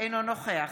אינו נוכח